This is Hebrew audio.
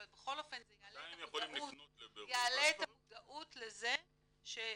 בכל אופן זה יעלה את המודעות לזה שבעצם